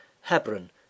Hebron